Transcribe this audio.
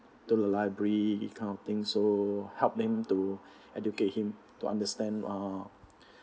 to the library kind of thing so help him to educate him to understand uh